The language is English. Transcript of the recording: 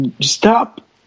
stop